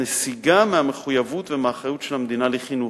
נסיגה מהמחויבות ומהאחריות של המדינה לחינוך.